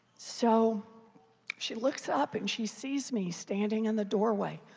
so she looks up and she sees me standing in the doorway.